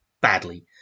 badly